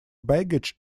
baggage